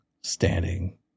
standing